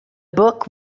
book